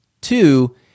two